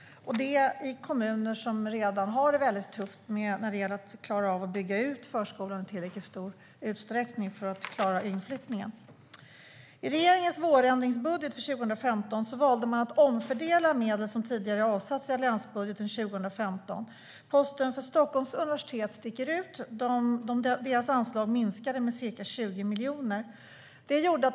Det handlar om kommuner som redan har det tufft när det gäller att bygga ut förskolan i tillräckligt stor omfattning för att klara inflyttningen. I regeringens vårändringsbudget för 2015 valde man att omfördela medel som tidigare avsatts i alliansbudgeten för 2015. Posten för Stockholms universitet sticker ut eftersom anslaget minskade med ca 20 miljoner kronor.